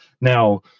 Now